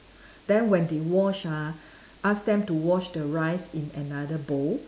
then when they wash ah ask them to wash the rice in another bowl